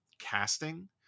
casting